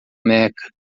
meca